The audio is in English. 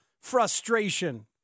frustration